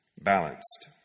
balanced